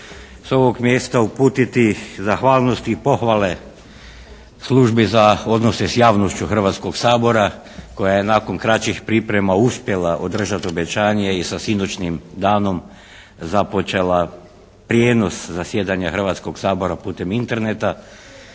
s ovog mjesta uputiti zahvalnost i pohvale Službi za odnose s javnošću Hrvatskog sabora koja je nakon kraćih priprema uspjela održati obećanje i sa sinoćnjim danom započela prijenos zasjedanja Hrvatskog sabora putem Interneta.